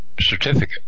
Certificate